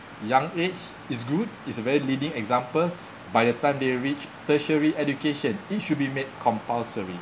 young age is good is a very leading example by the time they reached tertiary education it should be made compulsory